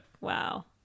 Wow